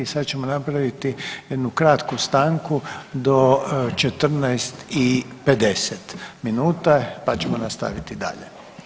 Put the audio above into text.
Sada ćemo napraviti jednu kratku stanku do 14,50 minuta pa ćemo nastaviti dalje.